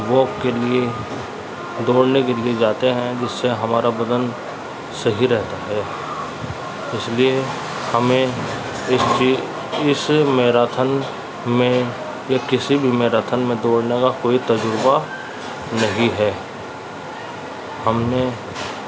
woke کے لیے دوڑنے کے لیے جاتے ہیں جس سے ہمارا بدن صحیح رہتا ہے اس لیے ہمیں اسی اس میراتھن میں یا کسی بھی میراتھن میں دوڑنے کا کوئی تجربہ نہیں ہے ہم نے